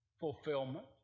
fulfillment